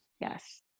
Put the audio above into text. Yes